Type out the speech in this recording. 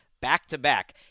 back-to-back